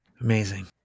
Amazing